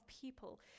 people